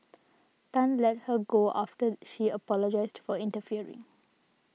Tan let her go after she apologised for interfering